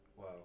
Wow